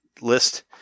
list